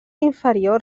inferior